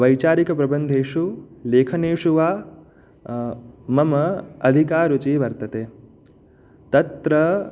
वैचारिकप्रबन्धेषु लेखनेषु वा मम अधिका रुचिः वर्तते तत्र